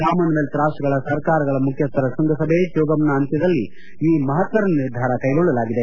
Commonwealth ರಾಷ್ಲಗಳ ಸರ್ಕಾರಗಳ ಮುಖ್ಯಸ್ಲರ ಶ್ವಂಗಸಭೆ ಜೋಗಂನ ಅಂತ್ಯದಲ್ಲಿ ಈ ಮಹತ್ತರ ನಿರ್ಧಾರ ಕೈಗೊಳ್ಳಲಾಗಿದೆ